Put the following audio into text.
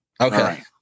Okay